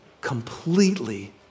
completely